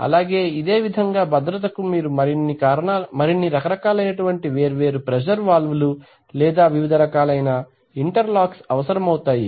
అలాగే ఇదేవిధంగా భద్రతకు మీరు మరిన్ని రకాలైనటువంటి వేరు వేరు ప్రెజర్ వాల్వ్ లు లేదా వివిధ రకాలైన ఇంటర్ లాక్స్ అవసరమవుతాయి